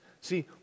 See